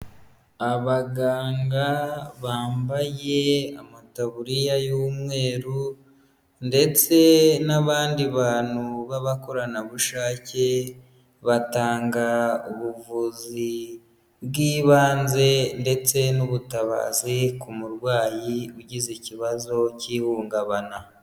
Abaganga bambaye amataburiya y'umweru ndetse n'abandi bantu b'abakoranabushake, batanga ubuvuzi bw'ibanze ndetse n'ubutabazi ku murwayi ugize ikibazo cy'ihungabana.